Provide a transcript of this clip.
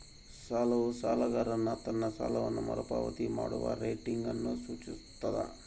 ಸಾಲವು ಸಾಲಗಾರನು ತನ್ನ ಸಾಲವನ್ನು ಮರುಪಾವತಿ ಮಾಡುವ ರೇಟಿಂಗ್ ಅನ್ನು ಸೂಚಿಸ್ತದ